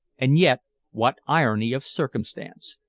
and yet what irony of circumstance!